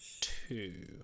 two